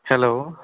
hello